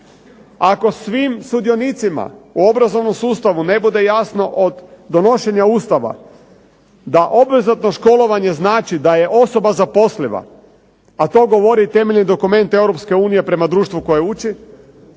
ako svim sudionicima u obrazovnom sustavu ne bude jasno od donošenja Ustava da obvezatno školovanje znači da je osoba zaposliva, a to govori i temeljni dokument Europske unije prema društvu koje uči.